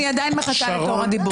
אני עדיין מחכה לתור הדיבור.